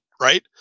Right